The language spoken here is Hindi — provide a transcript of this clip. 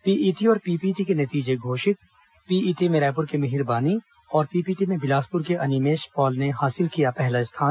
पीईटी और पीपीटी के नतीजे घोषित पीईटी में रायपूर के मिहिर बानी और पीपीटी में बिलासपुर के अनिमेश पाल ने हासिल किया पहला स्थान